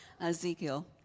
Ezekiel